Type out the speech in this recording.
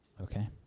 Okay